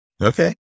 Okay